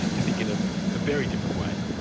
to think in a very different way?